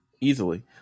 Easily